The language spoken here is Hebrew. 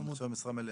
נחשב משרה מלאה.